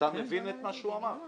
אתה מבין את מה שהוא אמר?